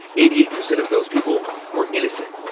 eighty eight percent of those people were innocent.